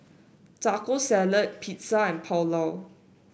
Taco Salad Pizza and Pulao